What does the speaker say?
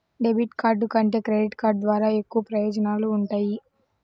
debit card కంటే credit card ద్వారా ఎక్కువ ప్రయోజనాలు వుంటయ్యి